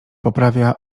poprawia